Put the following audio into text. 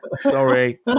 sorry